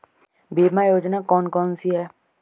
बीमा योजना कौन कौनसी हैं?